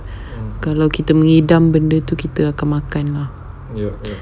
kalau kita mengidam benda tu kita akan makan